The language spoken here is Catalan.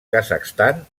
kazakhstan